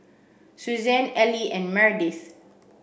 Suzanne Allie and Meredith